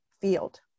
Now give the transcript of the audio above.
field